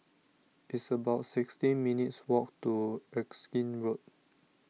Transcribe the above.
it's about sixteen minutes walk to Erskine Road